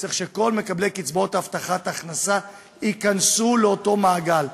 צריך שכל מקבלי קצבאות הבטחת הכנסה ייכנסו לאותו מעגל.